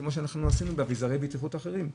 כמו שעשינו באביזרי בטיחות אחרים.